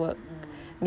mm